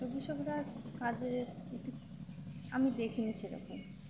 কৃষকরা কাজের আমি দেখিনি সেরকম